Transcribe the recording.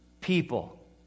people